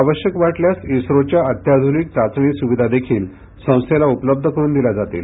आवश्यक वाटल्यास इस्रोच्या अत्याध्निक चाचणी सुविधा देखील संस्थेला उपलब्ध करुन दिल्या जातील